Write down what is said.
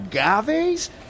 agaves